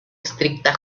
estricta